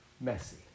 messy